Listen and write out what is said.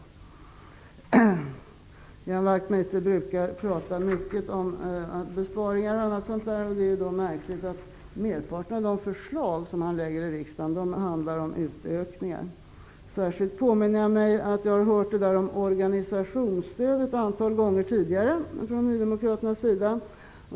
Ian Wachtmeister brukar prata mycket om besparingar. Det är då märkligt att merparten av de förslag som han lägger fram i riksdagen handlar om utökningar. Jag påminner mig särskilt att jag har hört talet om organisationsstöd ett antal gånger tidigare från nydemokraternas sida.